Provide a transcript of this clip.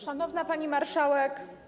Szanowna Pani Marszałek!